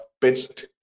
pitched